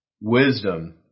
wisdom